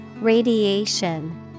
radiation